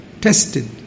tested